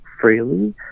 freely